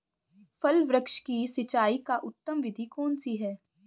फल वृक्ष की सिंचाई की उत्तम विधि कौन सी है?